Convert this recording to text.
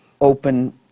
open